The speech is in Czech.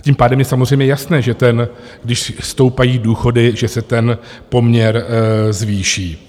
Tím pádem je samozřejmě jasné, že když stoupají důchody, že se ten poměr zvýší.